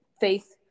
faith